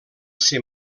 ser